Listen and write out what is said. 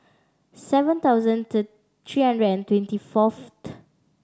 seven thousand three hundred and twenty fourth